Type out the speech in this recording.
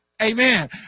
amen